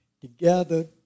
together